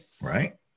right